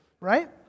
right